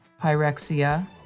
pyrexia